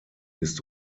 ist